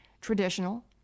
traditional